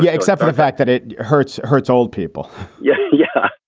yeah except for the fact that it hurts. hurts old people yeah. yeah.